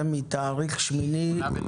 זה מ-8.11.